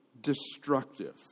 destructive